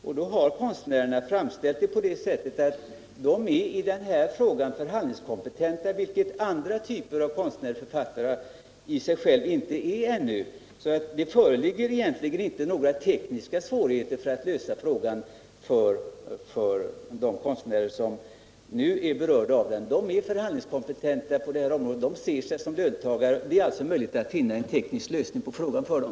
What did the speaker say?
De berörda konstnärerna har framställt det hela så att de i denna fråga är förhandlingskompetenta, vilket andra typer av konstnärer och författare inte är ännu. Det föreligger egentligen inte några tekniska svårigheter att lösa frågan för de konstnärer som nu är berörda. De är förhandlingskompetenta på det här området. De ser sig som löntagare, och det är alltså möjligt att finna en teknisk lösning för dem.